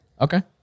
Okay